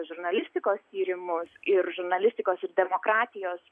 žurnalistikos tyrimus ir žurnalistikos ir demokratijos